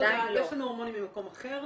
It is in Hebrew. יש לנו הורמונים ממקום אחר.